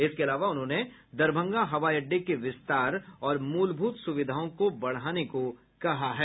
इसके अलावा उन्होंने दरभंगा हवाई अड्डे के विस्तार और मूलभूत सुविधाओं को बढ़ाने को कहा है